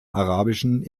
arabischen